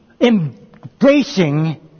embracing